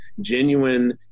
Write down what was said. genuine